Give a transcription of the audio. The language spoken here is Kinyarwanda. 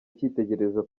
icyitegererezo